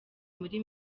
muri